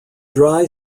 dry